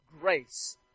grace